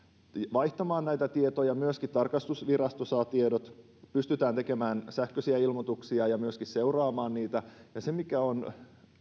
vaihtamaan näitä tietoja myöskin tarkastusvirasto saa tiedot pystytään tekemään sähköisiä ilmoituksia ja myöskin seuraamaan niitä ja se mikä on